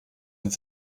and